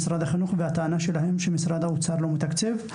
והטענה שלהם היא שמשרד האוצר לא מתקצב.